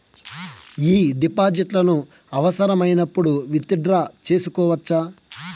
ఈ డిపాజిట్లను అవసరమైనప్పుడు విత్ డ్రా సేసుకోవచ్చా?